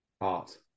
art